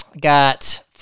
Got